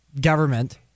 government